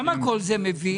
למה כל זה מביאים